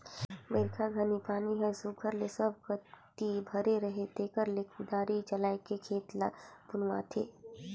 बरिखा घनी पानी हर सुग्घर ले सब कती भरे रहें तेकरे ले कुदारी चलाएके खेत ल बनुवाथे